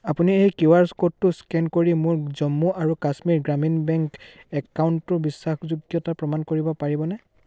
আপুনি এই Q R ক'ডটো স্কেন কৰি মোৰ জম্মু আৰু কাশ্মীৰ গ্ৰামীণ বেংক একাউণ্টটোৰ বিশ্বাসযোগ্যতা প্ৰমাণ কৰিব পাৰিবনে